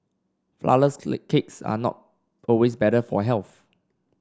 flourless cakes are not always better for health